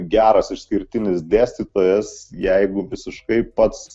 geras išskirtinis dėstytojas jeigu visiškai pats